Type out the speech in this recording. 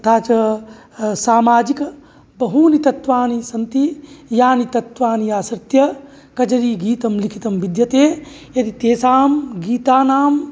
तथा च सामाजिक बहूनि तत्त्वानि सन्ति यानि तत्त्वानि आश्रित्य कजरीगीतं लिखितं विद्यते यदि तेषां गीतानां